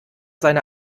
seine